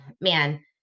man